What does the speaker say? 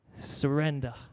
surrender